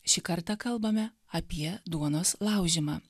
šį kartą kalbame apie duonos laužymą